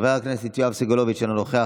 חבר הכנסת יואב סגלוביץ' אינו נוכח,